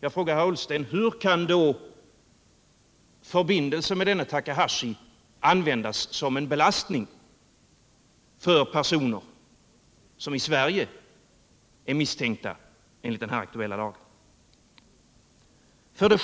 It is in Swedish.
Jag frågar herr Ullsten: Hur kan förbindelsen med denne Takahashi användas såsom en belastning för personer som i Sverige är misstänkta enligt den aktuella lagen?